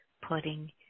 putting